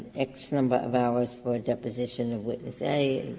x number of hours for ah deposition of witness a,